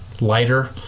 lighter